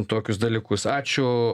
tokius dalykus ačiū